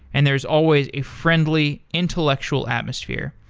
and there is always a friendly intellectual atmosphere.